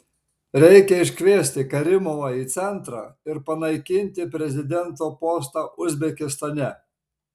reikia iškviesti karimovą į centrą ir panaikinti prezidento postą uzbekistane